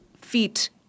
feet